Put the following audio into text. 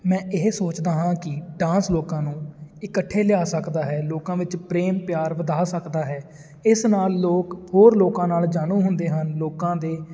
ਮੈਂ ਇਹ ਸੋਚਦਾ ਹਾਂ ਕਿ ਡਾਂਸ ਲੋਕਾਂ ਨੂੰ ਇਕੱਠੇ ਲਿਆ ਸਕਦਾ ਹੈ ਲੋਕਾਂ ਵਿੱਚ ਪ੍ਰੇਮ ਪਿਆਰ ਵਧਾ ਸਕਦਾ ਹੈ ਇਸ ਨਾਲ ਲੋਕ ਹੋਰ ਲੋਕਾਂ ਨਾਲ ਜਾਣੂ ਹੁੰਦੇ ਹਨ ਲੋਕਾਂ ਦੇ